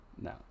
No